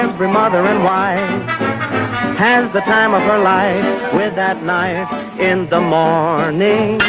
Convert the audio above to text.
ah where mother and wife have the time of our lives with that night in the morning